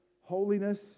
holiness